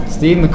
Steve